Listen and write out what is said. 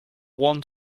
one